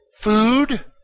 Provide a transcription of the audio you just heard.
food